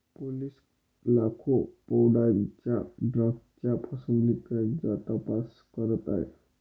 police लाखो पौंडांच्या ड्रग्जच्या फसवणुकीचा तपास करत आहेत